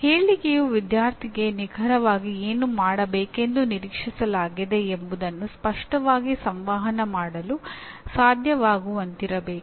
ಹೇಳಿಕೆಯು ವಿದ್ಯಾರ್ಥಿಗೆ ನಿಖರವಾಗಿ ಏನು ಮಾಡಬೇಕೆಂದು ನಿರೀಕ್ಷಿಸಲಾಗಿದೆ ಎಂಬುದನ್ನು ಸ್ಪಷ್ಟವಾಗಿ ಸಂವಹನ ಮಾಡಲು ಸಾಧ್ಯವಾಗುವಂತಿರಬೇಕು